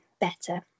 better